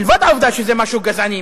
מלבד העובדה שזה משהו גזעני,